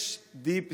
יש deep state,